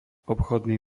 obchodný